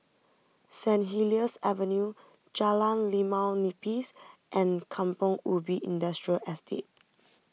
Saint Helier's Avenue Jalan Limau Nipis and Kampong Ubi Industrial Estate